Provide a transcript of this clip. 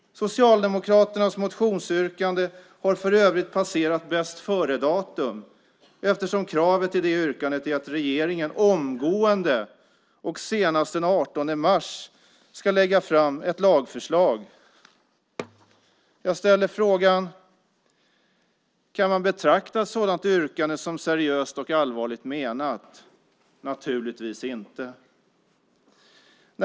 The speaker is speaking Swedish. Socialdemokraternas motionsyrkande har för övrigt passerat bästföredatum, eftersom kravet i det yrkandet är att regeringen omgående och senast den 18 mars ska lägga fram ett lagförslag. Jag ställer frågan: Kan man betrakta ett sådant yrkande som seriöst och allvarligt menat? Naturligtvis inte.